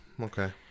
Okay